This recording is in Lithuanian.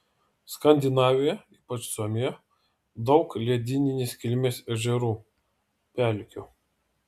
skandinavijoje ypač suomijoje daug ledyninės kilmės ežerų pelkių